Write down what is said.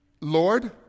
Lord